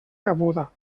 cabuda